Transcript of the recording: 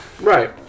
Right